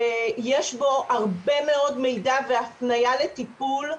שיש בו הרבה מאוד מידע והפניה לטיפול,